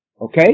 Okay